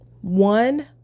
One